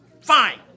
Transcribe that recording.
Fine